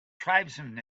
tribesmen